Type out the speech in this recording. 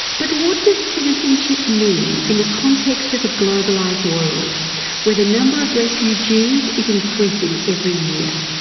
but what does citizenship mean in the context of a globalised world where the number of refugees is increasing every year?